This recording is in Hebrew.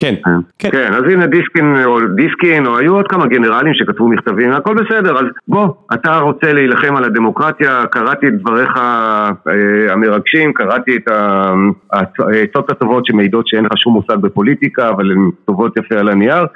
כן, כן, אז הנה דיסקין, או דיסקין, או היו עוד כמה גנרלים שכתבו מכתבים, הכל בסדר. אז בוא, אתה רוצה להילחם על הדמוקרטיה, קראתי את דבריך המרגשים, קראתי את העצות הטובות שמעידות שאין לך שום מושג בפוליטיקה, אבל הן כתובות יפה על הנייר.